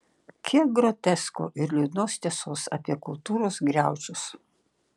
kiek grotesko ir liūdnos tiesos apie kultūros griaučius